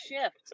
shift